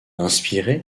inspiré